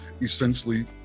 essentially